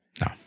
No